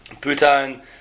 Bhutan